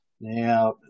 Now